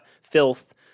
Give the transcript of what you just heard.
filth